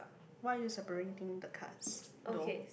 why are you separating the cards though